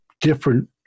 different